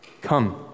come